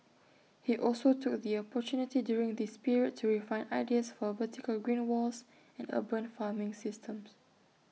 he also took the opportunity during this period to refine ideas for vertical green walls and urban farming systems